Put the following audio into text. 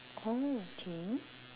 oh okay